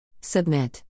Submit